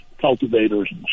cultivators